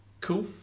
cool